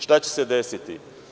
Šta će se desiti?